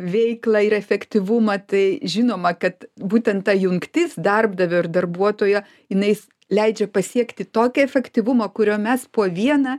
veiklą ir efektyvumą tai žinoma kad būtent ta jungtis darbdavio ir darbuotojo inais leidžia pasiekti tokį efektyvumą kurio mes po vieną